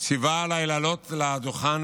ציווה עליי לעלות לדוכן